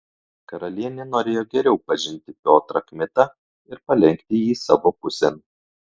karalienė norėjo geriau pažinti piotrą kmitą ir palenkti jį savo pusėn